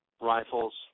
rifles